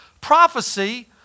prophecy